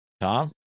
Tom